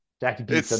Jackie